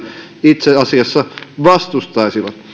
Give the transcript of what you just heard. itse asiassa vastustaisivat